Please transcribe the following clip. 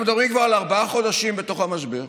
אנחנו כבר על ארבעה חודשים בתוך המשבר.